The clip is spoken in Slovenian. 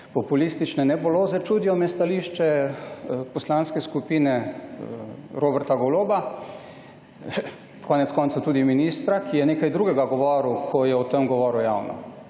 populistične nebuloze. Čudi me stališče Poslanske skupine Roberta Goloba, konec koncev tudi ministra, ki je nekaj drugega govoril, ko je o tem govoril javno.